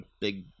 big